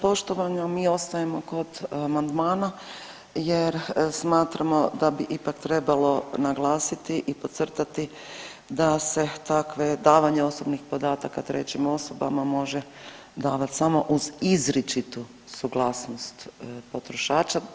Poštovana mi ostajemo kod amandmana, jer smatramo da bi ipak trebalo naglasiti i podcrtati da se takva davanja osobnih podataka trećim osobama može davati samo uz izr8ičitu suglasnost potrošača.